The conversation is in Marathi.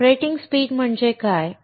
ऑपरेटिंग स्पीड म्हणजे काय